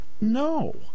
No